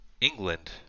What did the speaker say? England